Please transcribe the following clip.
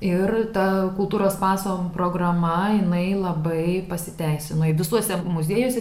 ir ta kultūros paso programa jinai labai pasiteisino visuose muziejuose